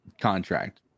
contract